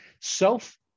Self